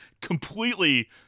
completely